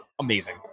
amazing